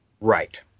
Right